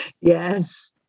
Yes